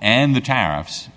and the tariffs